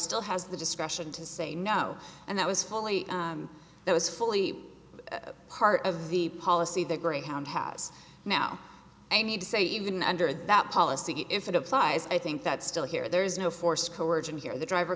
still has the discretion to say no and that was fully that was fully a part of the policy that greyhound has now i need to say even under that policy if it applies i think that still here there is no force coersion here the driver